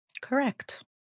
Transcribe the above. Correct